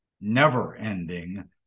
never-ending